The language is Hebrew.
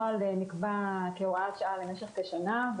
הוא נקבע כהוראת שעה למשך כשנה,